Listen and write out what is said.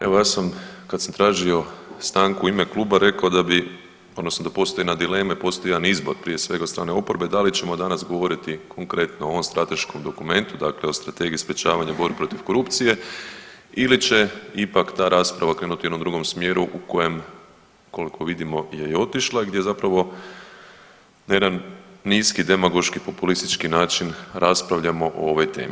Evo ja sam kada sam tražio stanku u ime Kluba rekao da bi odnosno da postoje … dileme, postoji jedan izbor prije svega od strane oporbe da li ćemo danas govoriti konkretno o ovom strateškom dokumentu dakle o Strategiji sprječavanja borbe protiv korupcije ili će ipak ta rasprava krenuti u jednom drugom smjeru u kojem koliko vidimo je i otišla, gdje zapravo na jedan niski demagoški populistički način raspravljamo o ovoj temi.